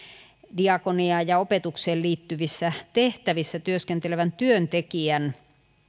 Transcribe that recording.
diakoniaan ja opetukseen liittyvissä tehtävissä työskentelevän työntekijän